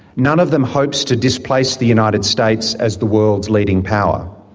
none of them hopes to displace the united states as the world's leading power.